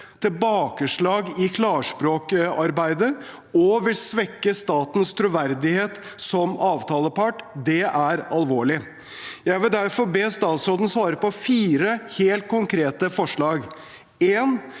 tilbakeslag for klarspråkarbeidet og til å svekke statens troverdighet som avtalepart. Det er alvorlig. Jeg vil derfor be statsråden svare på fire helt konkrete spørsmål: 1.